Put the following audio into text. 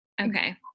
Okay